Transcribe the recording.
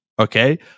okay